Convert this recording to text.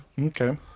Okay